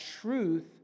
truth